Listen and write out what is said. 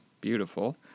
Beautiful